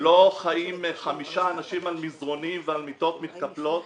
לא חיים חמישה אנשים על מזרונים ועל מיטות מתקפלות